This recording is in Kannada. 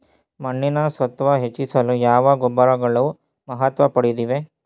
ಮಣ್ಣಿನ ಸತ್ವ ಹೆಚ್ಚಿಸಲು ಯಾವ ಗೊಬ್ಬರಗಳು ಮಹತ್ವ ಪಡೆದಿವೆ?